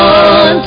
on